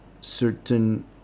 certain